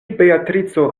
beatrico